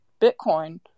Bitcoin